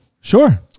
Sure